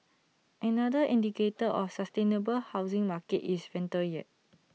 another indicator of A sustainable housing market is rental yield